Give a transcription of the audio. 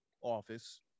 office